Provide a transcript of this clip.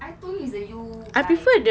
I told you it's the you guy